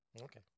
Okay